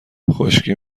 خشکی